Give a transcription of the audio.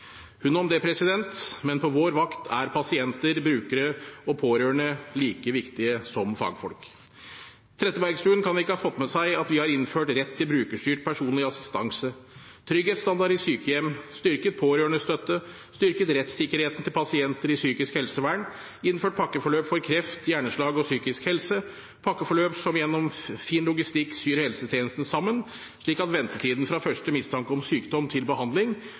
Hun om det, men på vår vakt er pasienter, brukere og pårørende like viktige som fagfolk. Representanten Trettebergstuen kan ikke ha fått med seg at vi har innført rett til brukerstyrt personlig assistanse, trygghetsstandard i sykehjem, styrket pårørendestøtte, styrket rettsikkerheten til pasienter i psykisk helsevern, innført pakkeforløp for kreft, hjerneslag og psykisk helse, pakkeforløp som gjennom fin logistikk syr helsetjenesten sammen slik at ventetiden fra første mistanke om sykdom til behandling